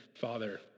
Father